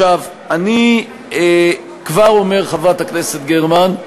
אני כבר אומר, חברת הכנסת גרמן,